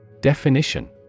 Definition